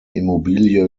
immobilie